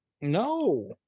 No